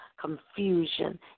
confusion